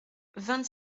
vingt